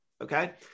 Okay